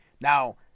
Now